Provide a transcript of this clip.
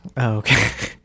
Okay